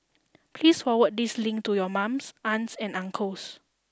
please forward this link to your mums aunts and uncles